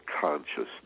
consciousness